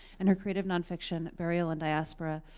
and her creative nonfiction burial in diaspora,